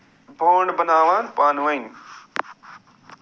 بانٛڈ بناوان پانہٕ ؤنۍ